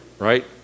Right